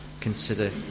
consider